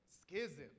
Schism